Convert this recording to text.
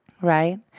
right